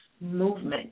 movement